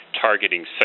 targeting